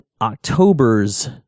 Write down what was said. October's